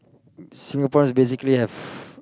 Singaporeans basically have